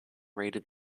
raided